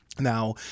Now